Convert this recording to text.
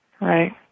right